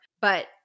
But-